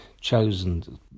chosen